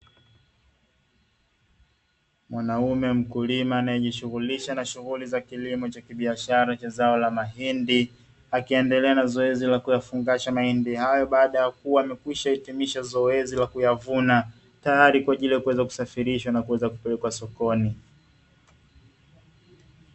Mwanaume mkulima anayejishughulisha na shughuli za kilimo cha kibiashara cha zao la mahindi akiendelea na zoezi la kuyafungasha mahindi hayo baada ya kuwa amekwisha hitimisha zoezi la kuyavuna tayari kwa ajili ya kuweza kusafirisha na kuweza kupelekwa sokoni.